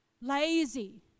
lazy